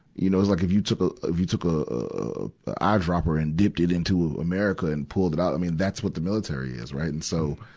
you know, it's like if you took a, if you took a, a a, a, a eyedropper and dipped it into america and pulled it out, i mean that's what the military is, right. and so,